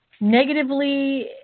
negatively